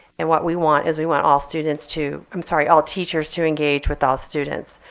and what we want is, we want all students to i'm sorry, all teachers to engage with all students.